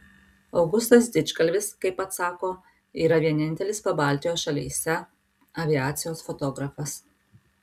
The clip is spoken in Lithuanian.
augustas didžgalvis kaip pats sako yra vienintelis pabaltijo šalyse aviacijos fotografas